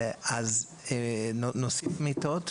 אז נוסיף מיטות,